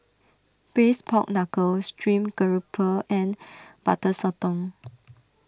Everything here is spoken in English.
Braised Pork Knuckle Stream Grouper and Butter Sotong